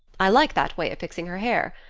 i like that way of fixing her hair.